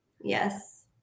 Yes